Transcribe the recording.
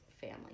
family